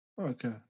Okay